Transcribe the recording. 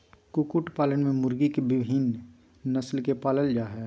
कुकुट पालन में मुर्गी के विविन्न नस्ल के पालल जा हई